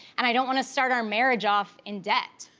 and i don't wanna start our marriage off in debt.